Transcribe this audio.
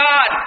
God